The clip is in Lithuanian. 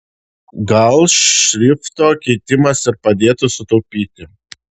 gal šrifto keitimas ir padėtų sutaupyti